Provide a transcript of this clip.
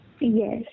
Yes